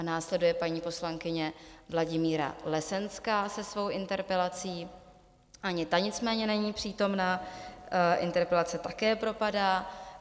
Následuje paní poslankyně Vladimíra Lesenská se svou interpelací, ani ta nicméně není přítomna, interpelace také propadá.